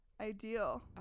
ideal